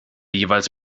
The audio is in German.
jeweils